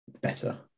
better